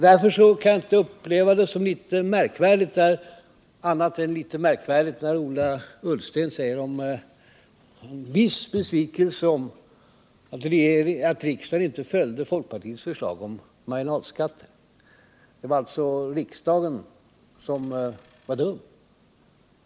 Därför kan jag inte uppleva det som annat än litet märkvärdigt när Ola Ullsten talar om en ”viss besvikelse” över att riksdagen inte följde folkpartiets förslag om marginalskatten. Det var alltså riksdagen som var dum!